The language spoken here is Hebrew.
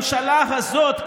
אבל זה לא הופך את הממשלה הזאת,